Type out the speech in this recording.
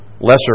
lesser